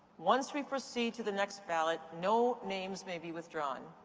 once we proceed to the next ballot, no names may be withdrawn.